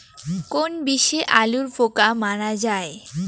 কোন বিষে আলুর পোকা মারা যায়?